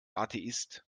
atheist